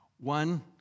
One